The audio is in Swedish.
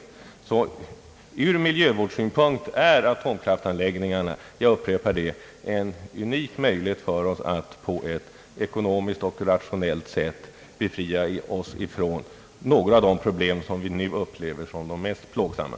Ur miljövårdssynpunkt är atomkraftanläggningar sålunda — jag upprepar det — en unik möjlighet för oss att på ett ekonomiskt och rationellt sätt befria oss från några av de problem som vi nu upplever som de mest plågsamma.